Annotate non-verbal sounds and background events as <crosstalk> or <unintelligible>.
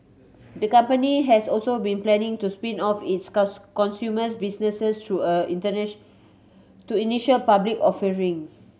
the company has also been planning to spin off its <unintelligible> consumer's businesses through a <unintelligible> to initial public offering